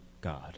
God